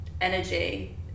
energy